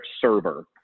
server